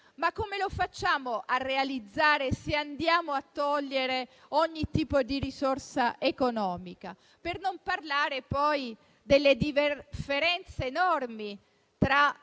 come facciamo a realizzarli, se togliamo ogni tipo di risorsa economica? Per non parlare poi delle differenze enormi tra